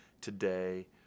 today